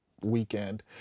weekend